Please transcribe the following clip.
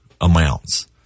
amounts